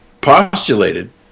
postulated